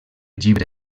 llibre